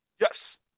Yes